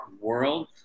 world